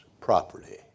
property